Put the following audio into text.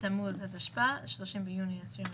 בתמוז התשפ"א (30 ביוני 2021)"